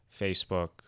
Facebook